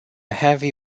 heavy